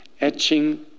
etching